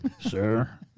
sir